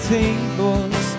tables